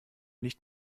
nicht